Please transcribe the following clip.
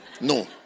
No